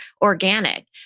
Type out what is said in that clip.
organic